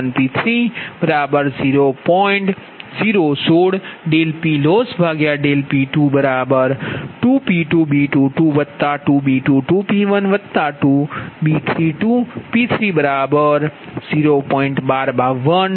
3196મળશે બરાબર